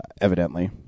evidently